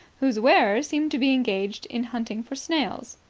whose wearer seemed to be engaged in hunting for snails.